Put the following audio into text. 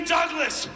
Douglas